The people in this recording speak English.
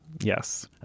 Yes